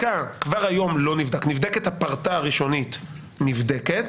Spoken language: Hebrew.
כבר היום הפרטה הראשונית נבדקת,